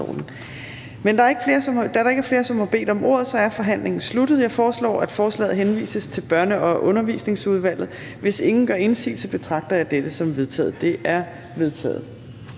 Da der ikke er flere, som har bedt om ordet, er forhandlingen sluttet. Jeg foreslår, at forslaget til folketingsbeslutning henvises til Børne- og Undervisningsudvalget. Hvis ingen gør indsigelse, betragter jeg dette som vedtaget. Det er vedtaget.